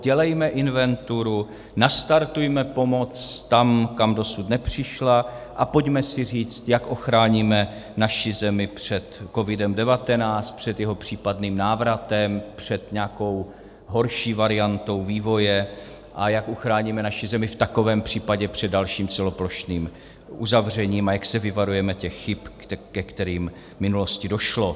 Dělejme inventuru, nastartujme pomoc tam, kam dosud nepřišla, a pojďme si říct, jak ochráníme naši zemi před Covidem19, před jeho případným návratem, před nějakou horší variantou vývoje a jak uchráníme naši zemi v takovém případě před dalším celoplošným uzavřením a jak se vyvarujeme těch chyb, ke kterým v minulosti došlo.